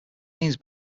means